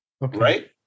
right